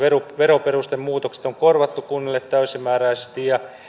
veroperustemuutokset on korvattu kunnille täysimääräisesti ja